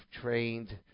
trained